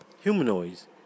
Humanoids